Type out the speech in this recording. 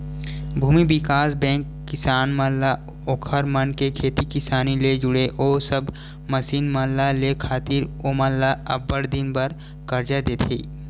भूमि बिकास बेंक किसान मन ला ओखर मन के खेती किसानी ले जुड़े ओ सब मसीन मन ल लेय खातिर ओमन ल अब्बड़ दिन बर करजा देथे